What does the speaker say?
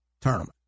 Tournament